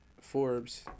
Forbes